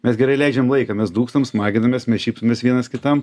mes gerai leidžiam laiką mes dūkstam smaginamės mes šypsomės vienas kitam